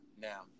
Now